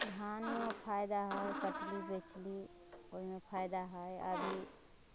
धानमे ओ फायदा है कटली बेचली ओहिमे फायदा है अभी